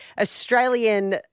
Australian